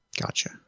Gotcha